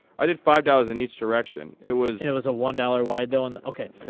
i did five dollars in each direction. it was it was a one dollars wide, though? and ok. yeah.